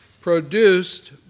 produced